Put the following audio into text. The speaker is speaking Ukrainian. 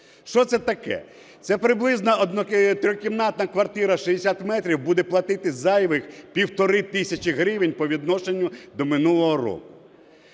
Що це таке? Це приблизно, трикімнатна квартира 60 метрів буде платити зайвих півтори тисячі гривень по відношенню до минулого року.